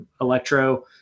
electro